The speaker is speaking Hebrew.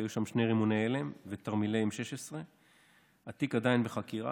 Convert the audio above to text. היו שם שני רימוני הלם ותרמילי M16. התיק עדיין בחקירה,